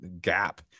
gap